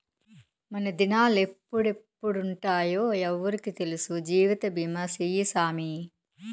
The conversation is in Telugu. మనదినాలెప్పుడెప్పుంటామో ఎవ్వురికి తెల్సు, జీవితబీమా సేయ్యి సామీ